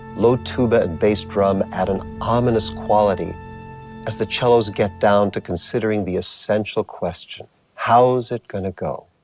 low tuba and bass drum add an ominous quality as the cellos get down to considering the essential question how's it gonna go?